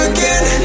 Again